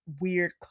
weird